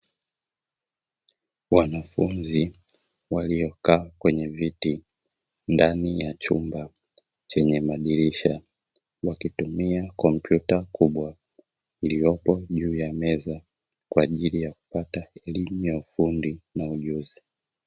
Wanafunzi waliokaa kwenye viti ndani ya chumba chenye madirisha, wakitumia kompyuta kubwa iliyopo juu ya meza, kwa ajili ya kupata elimu ya ufundi na ujuzi.